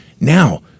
Now